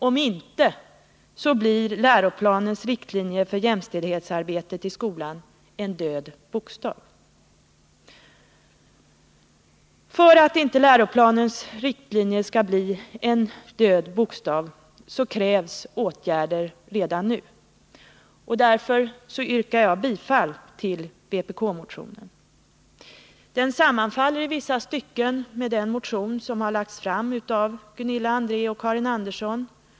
Om inte blir läroplanens riktlinjer för jämställdhetsarbetet i skolan en död bokstav.” För att inte läroplanens riktlinjer skall bli en död bokstav krävs åtgärder nu. Därför yrkar jag bifall till vpk-motionen. Den sammanfaller i vissa stycken med den motion som har väckts av Gunilla André och Karin Andersson.